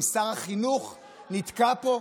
אם שר החינוך נתקע פה,